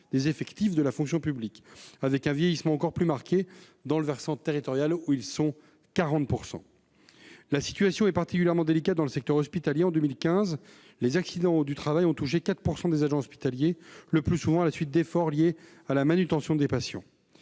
des effectifs de la fonction publique, avec un vieillissement encore plus marqué dans le versant territorial, où ils sont 40 %. La situation est particulièrement délicate dans le secteur hospitalier : en 2015, les accidents du travail ont touché 4 % des agents hospitaliers, le plus souvent à la suite d'efforts liés à la manutention des patients.